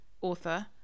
author